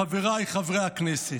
חבריי חברי הכנסת,